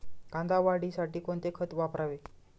कांदा वाढीसाठी कोणते खत वापरावे?